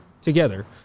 together